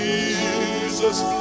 Jesus